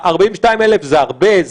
42,000 זה הרבה?